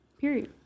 Period